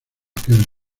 aquel